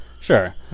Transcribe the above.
Sure